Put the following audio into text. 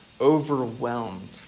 overwhelmed